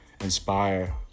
inspire